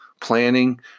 planning